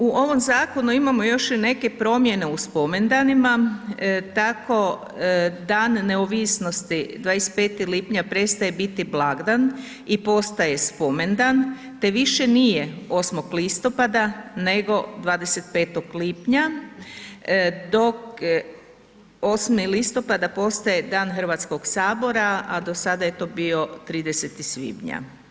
U ovom zakonu imamo još i neke promjene u spomendanima, tako Dan neovisnosti 25. lipnja prestaje biti blagdan i postaje spomendan, te više nije 8. listopada, nego 25. lipnja, dok 8. listopada postaje Dan HS, a do sada je to bio 30. svibnja.